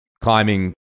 climbing